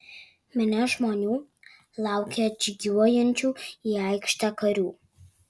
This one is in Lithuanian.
minia žmonių laukė atžygiuojančių į aikštę karių